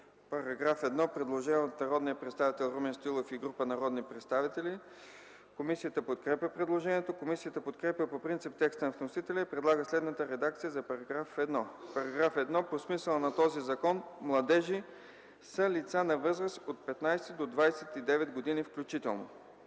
Параграф 1 – предложение от народни представители Румен Стоилов и група народни представители. Комисията подкрепя предложението. Комисията подкрепя по принцип текста на вносителя и предлага следната редакция на § 1: „§ 1. По смисъла на този закон „младежи” са лица на възраст от 15 до 29 години включително.”